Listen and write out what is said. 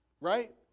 right